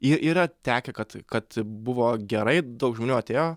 ir yra tekę kad kad buvo gerai daug žmonių atėjo